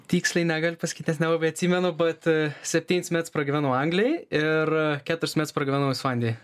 tiksliai negaliu pasakyt nes nelabai atsimenu bet septynis mets pragyvenau anglijoj ir keturis mets pragyvenau islandijoj